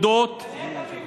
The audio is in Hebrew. ולהודות, תגנה את הפיגועים פה.